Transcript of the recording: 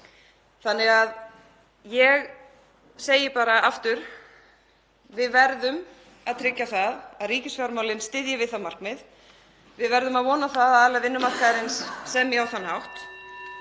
hópa. Ég segi bara aftur: Við verðum að tryggja það að ríkisfjármálin styðji við það markmið. Við verðum að vona að aðilar vinnumarkaðarins semji á þann hátt